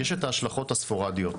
יש את ההשלכות הספורדיות,